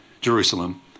Jerusalem